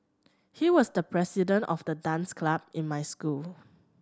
he was the president of the dance club in my school